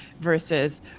versus